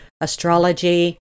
astrology